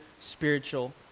spiritual